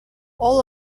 all